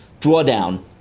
drawdown